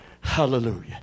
Hallelujah